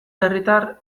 herritar